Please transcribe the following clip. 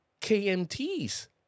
KMT's